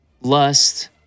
lust